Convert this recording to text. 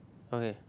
okay